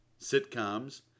Sitcoms